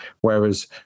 Whereas